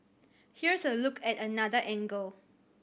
here's a look at another angle